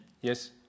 Yes